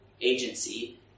agency